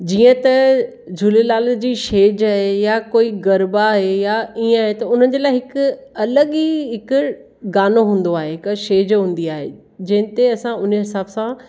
जीअं त झूलेलाल जी छेॼु आहे या कोई गरबा आहे या ईअं आहे त उन्हनि जे लाइ हिकु अलॻि ई हिकु गानो हूंदो आहे हिकु छेॼु हूंदी आहे जंहिंते असां उन हिसाब सां